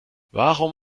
warum